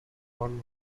one